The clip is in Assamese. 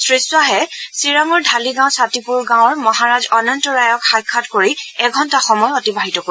শ্ৰীখাহে চিৰাঙৰ ঢালিগাঁও ছাতিপুৰ গাঁৱৰ মহাৰাজ অনন্ত ৰায়ক সাক্ষাৎ কৰি এঘণ্টা সময় অতিবাহিত কৰিব